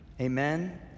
Amen